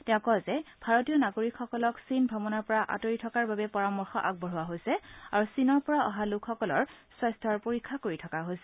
তেওঁ কয় যে ভাৰতীয় নাগৰিকসকলক চীন ভ্ৰমণৰ পৰা আঁতৰি থকাৰ বাবে পৰামৰ্শ আগবঢ়োৱা হৈছে আৰু চীনৰ পৰা অহা লোকসকলৰ স্বাস্থ্য পৰীক্ষা কৰি থকা হৈছে